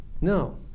No